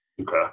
Okay